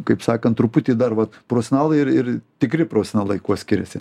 kaip sakant truputį dar va profesionalai ir ir tikri profesionalai kuo skiriasi